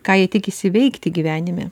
ką jie tikisi veikti gyvenime